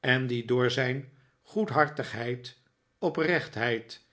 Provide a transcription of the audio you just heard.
en die door zijn goedhartigheid oprechtheid